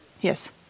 Yes